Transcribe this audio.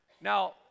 Now